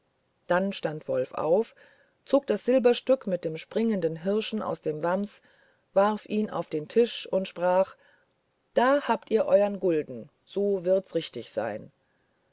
dann stand wolf auf zog das silberstück mit dem springenden hirsch aus dem wams warf ihn auf den tisch und sprach da habt ihr euern gulden so wird's richtig sein